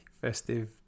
festive